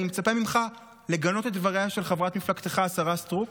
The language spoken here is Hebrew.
אני מצפה ממך לגנות את דבריה של חברת מפלגתך השרה סטרוק,